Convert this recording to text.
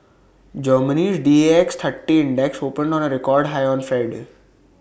Germany's Dax thirty index opened on A record high on Friday